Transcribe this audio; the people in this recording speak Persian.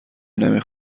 نمی